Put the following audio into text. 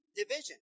division